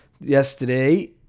yesterday